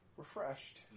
Refreshed